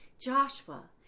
Joshua